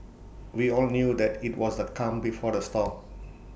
we all knew that IT was the calm before the storm